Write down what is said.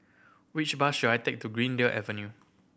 which bus should I take to Greendale Avenue